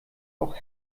auch